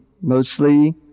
mostly